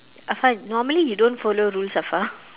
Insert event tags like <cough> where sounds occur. afar normally you don't follow rules afar <laughs>